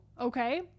okay